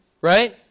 Right